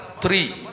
three